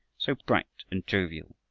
so bright and jovial,